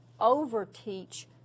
overteach